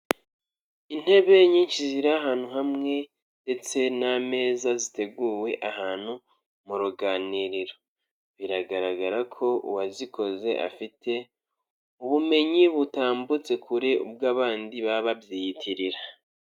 Intebe nyinshi ziri ahantu hamwe ndetse n'ameza ziteguwe ahantu mu ruganiriro. Biragaragara ko uwazikoze afite ubumenyi butambutse kure ubw'abandi baba babyiyitirira.